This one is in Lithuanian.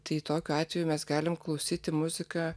tai tokiu atveju mes galim klausyti muziką